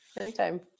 Anytime